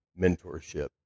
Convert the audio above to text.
mentorship